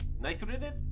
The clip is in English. Nitrogen